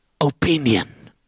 Opinion